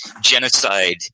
genocide